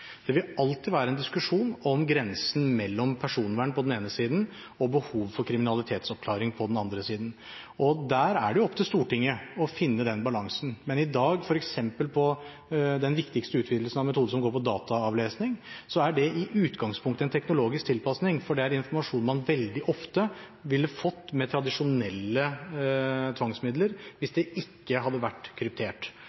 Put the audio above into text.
det godt nok. Det vil alltid være en diskusjon om grensen mellom personvern på den ene siden og behovet for kriminalitetsoppklaring på den andre siden. Der er det opp til Stortinget å finne balansen. Men i dag, f.eks. når det gjelder den viktigste utvidelsen av metoder som handler om dataavlesning, er det i utgangspunktet en teknologisk tilpasning, for det er informasjon man veldig ofte ville fått med tradisjonelle tvangsmidler hvis